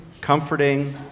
comforting